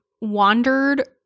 wandered